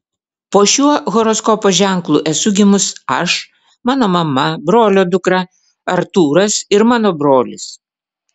po šiuo horoskopo ženklu esu gimus aš mano mama brolio dukra artūras ir mano brolis